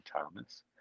Thomas